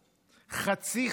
חצי חודש